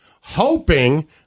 hoping